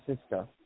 sister